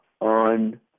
on